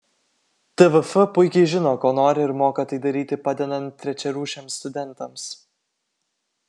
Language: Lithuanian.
tvf puikiai žino ko nori ir moka tai daryti padedant trečiarūšiams studentams